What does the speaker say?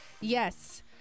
Yes